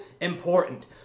important